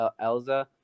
Elza